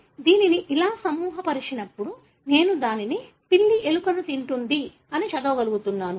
కాబట్టి దీనిని ఇలా సమూహపరిచినప్పుడు నేను దానిని పిల్లి ఎలుకను తింటుంది అని చదవగలుగు తున్నాను